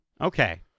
Okay